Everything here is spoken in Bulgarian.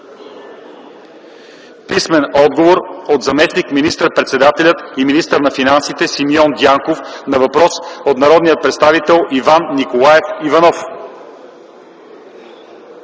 Писмен отговор от заместник министър-председателя и министър на финансите Симеон Дянков на въпрос от народния представител Иван Николаев Иванов.